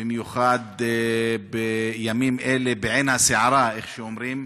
במיוחד בימים אלה, בעין הסערה, איך שאומרים,